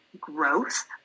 growth